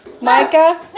Micah